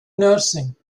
nursing